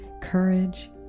courage